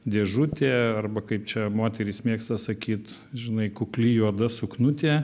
dėžutė arba kaip čia moterys mėgsta sakyt žinai kukli juoda suknutė